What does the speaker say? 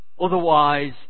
Otherwise